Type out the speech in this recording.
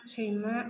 सैमा